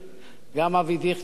גם אבי דיכטר.